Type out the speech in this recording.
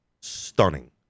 stunning